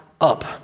Up